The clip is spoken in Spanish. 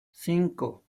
cinco